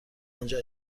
آنجا